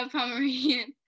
Pomeranian